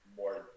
more